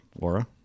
Laura